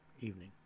evening